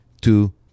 two